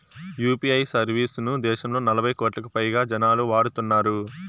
UPI service ను దేశంలో నలభై కోట్లకు పైగా జనాలు వాడుతున్నారు